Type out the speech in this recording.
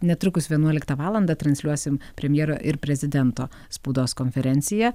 netrukus vienuoliktą valandą transliuosim premjero ir prezidento spaudos konferenciją